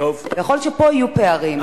יכול להיות שפה יהיו פערים.